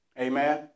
Amen